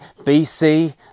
BC